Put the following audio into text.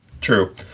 True